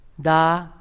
Da